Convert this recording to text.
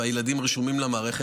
והילדים רשומים למערכת,